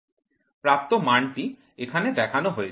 প্রাপ্ত মানটি এখানে দেখানো হয়েছে